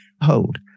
hold